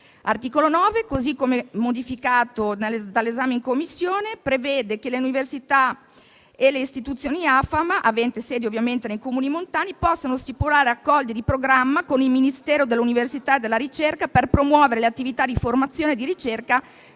L'articolo 9, così come modificato dall'esame in Commissione, prevede che le università e le istituzioni AFAM aventi sede nei Comuni montani possono stipulare accordi di programma con il Ministero dell'università e della ricerca per promuovere le attività di formazione e di ricerca